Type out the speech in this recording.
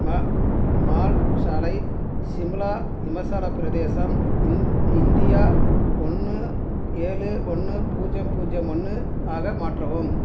மா மால் சாலை சிமுலா இமாச்சலப் பிரதேசம் இந் இந்தியா ஒன்று ஏழு ஒன்று பூஜ்ஜியம் பூஜ்ஜியம் ஒன்று ஆக மாற்றவும்